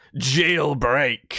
jailbreak